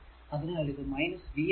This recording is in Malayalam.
അതിനാൽ ഇത് v ആണ്